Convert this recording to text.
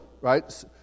right